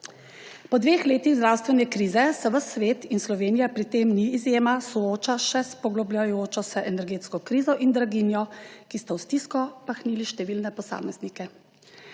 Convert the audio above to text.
Po dveh letih zdravstvene krize se ves svet, Slovenija pri tem ni izjema, sooča še s poglabljajočo se energetsko krizo in draginjo, ki sta v stisko pahnili številne posameznike.